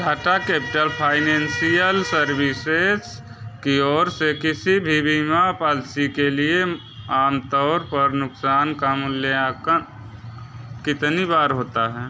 Tata capital financial services कि ओर से किसी भी बीमा पॉल्सी के लिए आम तौर पर नुकसान का मूल्यांकन कितनी बार होता हैं